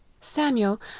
samuel